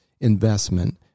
investment